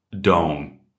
Dome